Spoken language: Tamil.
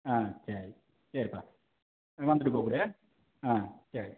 ஆ சரி சரிப்பா நீ வந்துட்டு கூப்பிட்டு சரி